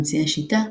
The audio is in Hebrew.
ממציא השיטה,